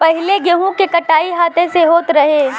पहिले गेंहू के कटाई हाथे से होत रहे